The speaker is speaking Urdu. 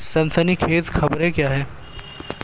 سنسنی خیز خبریں کیا ہیں